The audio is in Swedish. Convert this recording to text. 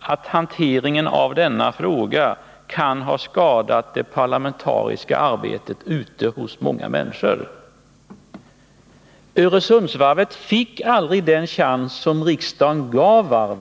att hanteringen av denna fråga kan ha skadat människors förtroende för det parlamentariska arbetet? Öresundsvarvet fick aldrig den chans som riksdagen gav varvet.